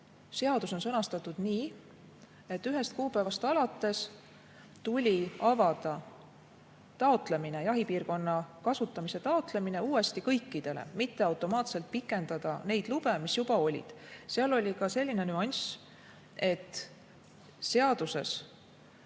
seadus on sõnastatud nii, et ühest kuupäevast alates tuli avada jahipiirkonna kasutamise taotlemine uuesti kõikidele, mitte aga automaatselt pikendada neid lube, mis juba olid. Seal oli ka selline nüanss, et seaduses